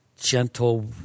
gentle